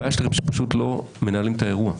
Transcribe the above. הבעיה שלכם היא שאתם פשוט לא מנהלים את האירוע.